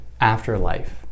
afterlife